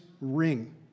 ring